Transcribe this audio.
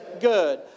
good